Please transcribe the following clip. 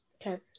Okay